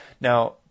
Now